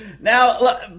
Now